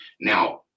Now